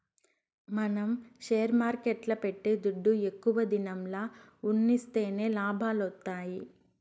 మనం షేర్ మార్కెట్ల పెట్టే దుడ్డు ఎక్కువ దినంల ఉన్సిస్తేనే లాభాలొత్తాయి